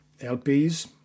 LPs